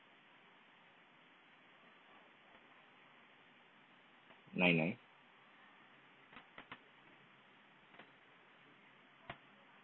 nine nine